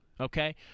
okay